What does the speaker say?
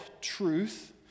truth